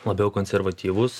labiau konservatyvūs